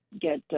get